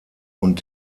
und